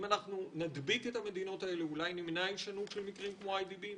אם נדביק את המדינות האלו אולי נמנע הישנות של מקרים כמו אי די בי,